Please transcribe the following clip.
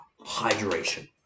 Hydration